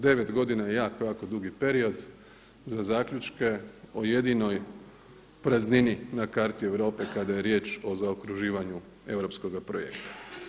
Devet godina je jako, jako dugi period za zaključke o jedinoj praznini na karti Europe kada je riječ o zaokruživanju europskoga projekta.